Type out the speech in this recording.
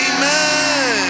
Amen